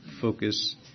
focus